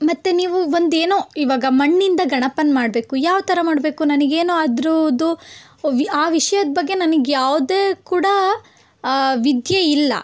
ಮತ್ತು ನೀವು ಒಂದು ಏನೋ ಇವಾಗ ಮಣ್ಣಿಂದ ಗಣಪನ್ನ ಮಾಡಬೇಕು ಯಾವ ಥರ ಮಾಡಬೇಕು ನನಗೇನೂ ಅದ್ರದ್ದು ವಿ ಆ ವಿಷ್ಯದ ಬಗ್ಗೆ ನನಗ್ಯಾವ್ದೇ ಕೂಡ ವಿದ್ಯೆಯಿಲ್ಲ